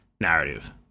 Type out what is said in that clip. narrative